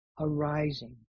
arising